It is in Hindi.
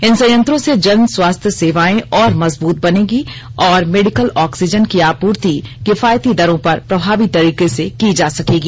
इन संयंत्रों से जन स्वास्थ्य सेवाएं और मजबूत बनेंगी और मेडिकल ऑक्सीजन की आपूर्ति किफायती दरो पर प्रभावी तरीके से की जा सकेगी